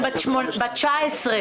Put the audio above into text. לאן יכלו ללכת המקורות?